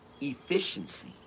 efficiency